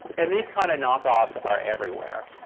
and these kind of knockoffs are everywhere.